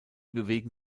bewegen